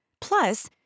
Plus